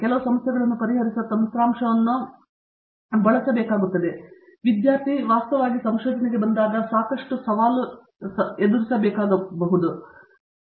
ಆದರೆ ಕೆಲವು ಸಮಸ್ಯೆಗಳನ್ನು ಪರಿಹರಿಸುವ ತಂತ್ರಾಂಶವನ್ನು ಬಳಸದೆ ವಿದ್ಯಾರ್ಥಿ ವಾಸ್ತವವಾಗಿ ಸಂಶೋಧನೆಗೆ ಬಂದಾಗ ಸಾಕಷ್ಟು ಸವಾಲು ಎದುರಿಸಬಹುದಾದ ಸಮಸ್ಯೆಗಳಂತೆಯೇ